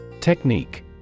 Technique